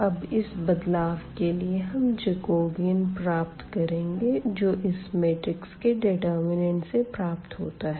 अब इस बदलाव के लिए हम जैकोबियन प्राप्त करेंगे जो इस मेट्रिक्स के डेटर्मिनेन्ट से प्राप्त होता है